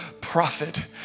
prophet